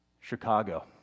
Chicago